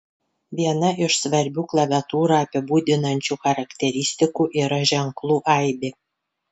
viena iš svarbių klaviatūrą apibūdinančių charakteristikų yra ženklų aibė